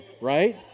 right